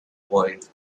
point